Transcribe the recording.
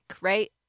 Right